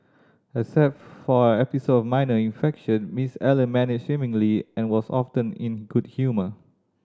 except for an episode of minor infection Miss Allen managed swimmingly and was often in good humour